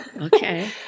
Okay